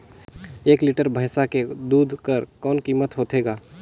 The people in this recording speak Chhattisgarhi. एक लीटर भैंसा के दूध कर कौन कीमत होथे ग?